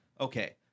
Okay